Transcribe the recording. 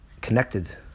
connected